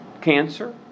cancer